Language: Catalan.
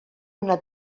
una